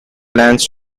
plans